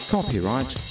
Copyright